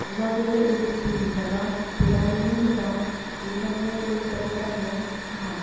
एबा बे A B C D बिजाबा बेरादैनो मोजां बेनिखायनो बे बिजाबखौ बायनाया गाहाम